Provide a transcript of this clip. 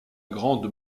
grande